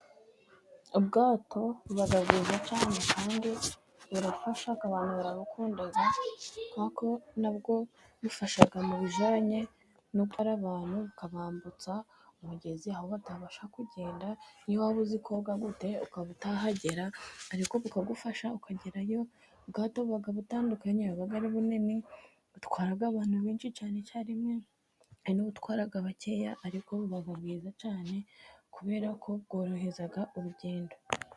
Ubwato bagageza kandi burafasha. Abantu barabakunda kuko na bwo bufasha mu bijyanye no gutwara abantu bukabambutsa umugezi, aho batabasha kugenda n'iyo waba uzi koga gute ukaba utahagera, ariko bukagufasha ukagerayo. Ubwato buba butandukanye yaba ari bunini butwaraga abantu benshi cyane icyarimwe n'uwatwaraga abakeya ariko buba bwiza cyane kubera ko bworohereza urugendo.